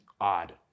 odd